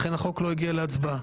לכן החוק לא הגיע להצבעה.